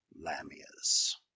Lamia's